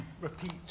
repeat